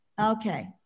Okay